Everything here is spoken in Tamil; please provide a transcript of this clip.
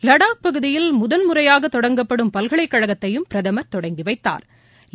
லடாக் பகுதியில் முதன்முறையாக தொடங்கப்படும் பல்கலைகழகத்தையும் பிரதமா் தொடங்கிவைத்தாா்